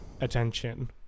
attention